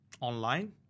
Online